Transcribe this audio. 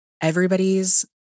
everybody's